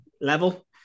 level